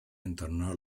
entornó